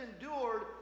endured